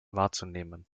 wahrzunehmen